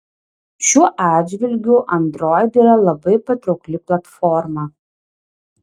šiuo atžvilgiu android yra labai patraukli platforma